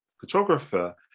photographer